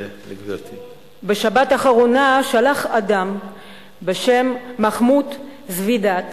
בשבת האחרונה שלח אדם בשם מחמוד זבידאת